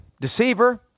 deceiver